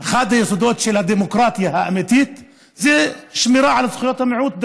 של הדמוקרטיה האמיתית זה שמירה על זכויות המיעוט,